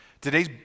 Today's